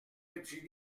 petit